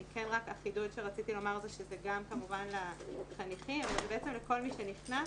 רק החידוד שרציתי לומר זה שזה גם כמובן לחניכים ובעצם לכל מי שנכנס